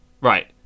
right